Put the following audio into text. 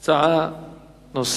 אתה הצעה אחרת.